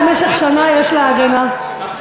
סגנית